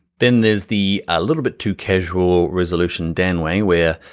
then there's the little bit too casual resolution dan way, where